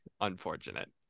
unfortunate